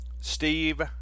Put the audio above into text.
Steve